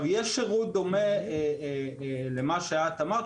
יש שירות דומה למה שאת אמרת,